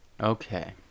Okay